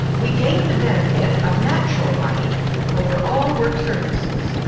we gained the benefit of natural light over all work surfaces.